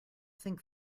think